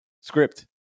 Script